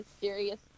serious